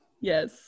Yes